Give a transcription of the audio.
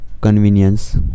convenience